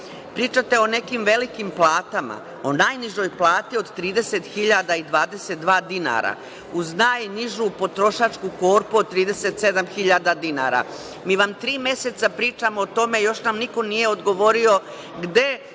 žive. Pričate o nekim velikim platama, o najnižoj plati od 30.022 dinara, uz najnižu potrošačku korpu od 37.000 dinara. Mi vam tri meseca pričamo o tome, još nam niko nije odgovorio gde